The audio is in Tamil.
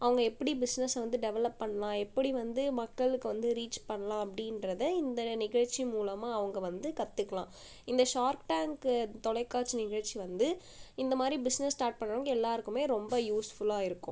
அவங்க எப்படி பிஸினஸ்ஸ வந்து டெவலப் பண்ணலாம் எப்படி வந்து மக்களுக்கு வந்து ரீச் பண்ணலாம் அப்படின்றத இந்த நிகழ்ச்சி மூலமாக அவங்க வந்து கற்றுக்கலாம் இந்த ஷார்க் டேங்க்கு தொலைக்காட்சி நிகழ்ச்சி வந்து இந்த மாதிரி பிஸ்னஸ் ஸ்டார்ட் பண்ணுறவங்க எல்லாருக்கும் ரொம்ப யூஸ்ஃபுல்லாக இருக்கும்